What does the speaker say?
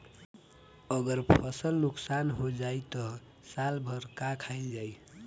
अगर फसल नुकसान हो जाई त साल भर का खाईल जाई